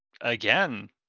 Again